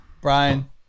Brian